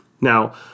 Now